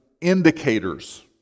indicators